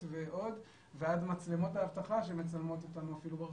ואפילו עד מצלמות האבטחה שמצלמות אותנו ברחוב.